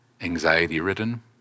anxiety-ridden